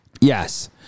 Yes